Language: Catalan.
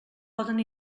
poden